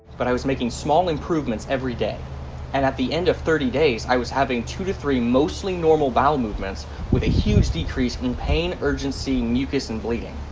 but i was making small improvements every day and at the end of thirty days i was having two to three mostly normal bowel movements with a huge decrease in pain, urgency, mucus, and bleeding.